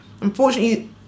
unfortunately